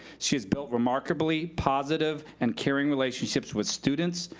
she's built remarkably positive and caring relationships with students,